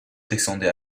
descendait